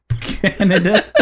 Canada